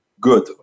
good